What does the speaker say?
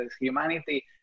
humanity